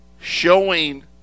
showing